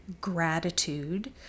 gratitude